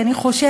כי אני חושבת,